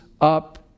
up